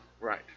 Right